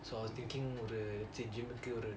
so I was thinking ஒரு:oru gym கு ஒரு:ku oru